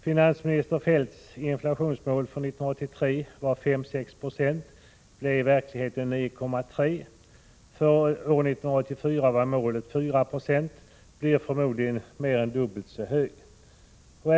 Finansminister Feldts inflationsmål för 1983 var 5-6 96, men inflationen blev i verkligheten 9,3 20. För år 1984 var målet 4 26, men det blir förmodligen mer än dubbelt så mycket.